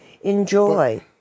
Enjoy